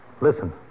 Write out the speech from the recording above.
Listen